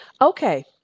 Okay